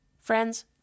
Friends